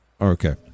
Okay